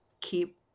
keep